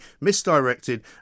misdirected